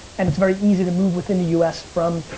and it's very easy to move within the u s. from,